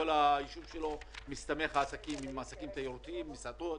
הישוב שלו מסתמך על עסקי תיירות: מסעדות.